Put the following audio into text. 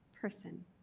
person